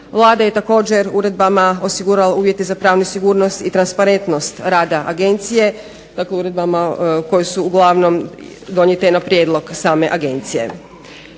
Vlada je također uredbama osigurala uvjete za pravnu sigurnost i transparentnost rada Agencije, dakle uredbama koje su uglavnom donijete na prijedlog same Agencije.